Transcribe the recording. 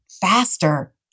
faster